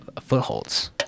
footholds